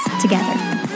together